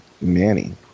Manny